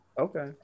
Okay